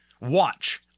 Watch